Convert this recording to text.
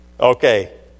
Okay